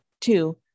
Two